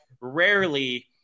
rarely